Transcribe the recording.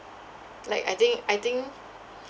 like I think I think